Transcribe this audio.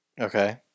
Okay